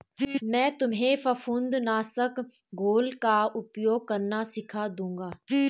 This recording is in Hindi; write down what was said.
मैं तुम्हें फफूंद नाशक घोल का उपयोग करना सिखा दूंगा